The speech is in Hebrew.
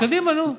אז קדימה, נו.